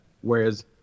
Whereas